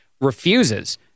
refuses